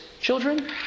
children